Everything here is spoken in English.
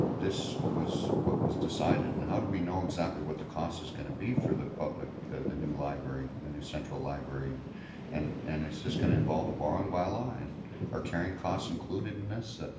this was what was decided and how do we know exactly what the cost is going to be for the public the new library, new central library and and and is this going to involve a buying bylaw and are carrying costs included in this?